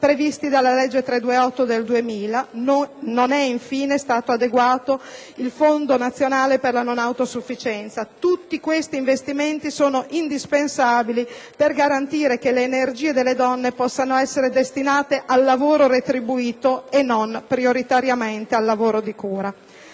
previsti dalla legge n. 328 del 2000; non è infine stato adeguato il Fondo nazionale per la non autosufficienza. Tutti questi investimenti sono indispensabili per garantire che le energie delle donne possano essere destinate al lavoro retribuito e non prioritariamente a quello di cura.